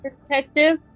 detective